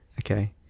Okay